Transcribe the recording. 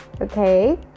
okay